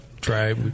Try